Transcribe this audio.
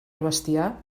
bestiar